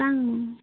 सांग